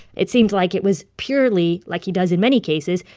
it seems like it was purely, like he does in many cases,